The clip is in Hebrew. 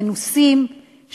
מנוסים,